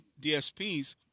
DSPs